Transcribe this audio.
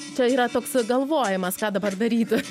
čia yra toks galvojimas ką dabar daryt